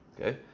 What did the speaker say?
Okay